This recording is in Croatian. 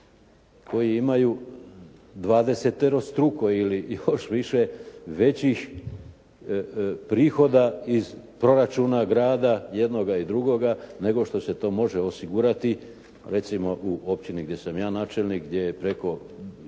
koji imaju dvadeseterostruko ili još više većih prihoda iz proračuna grada jednoga i drugoga, nego što se to može osigurati, recimo u općini gdje sam ja načelnik, gdje je preko